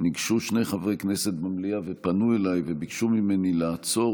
ניגשו שני חברי כנסת במליאה ופנו אליי וביקשו ממני לעצור